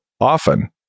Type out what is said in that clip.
often